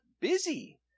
busy